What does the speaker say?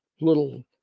little